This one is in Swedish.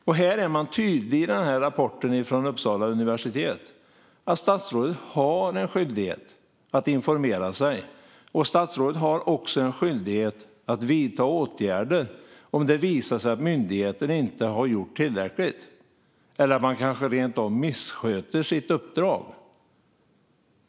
Man är tydlig i rapporten från Uppsala universitet med att statsrådet har en skyldighet att informera sig. Statsrådet har också en skyldighet att vidta åtgärder om det visar sig att myndigheten inte har gjort tillräckligt eller kanske rent av missköter sitt uppdrag.